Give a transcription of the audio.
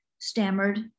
stammered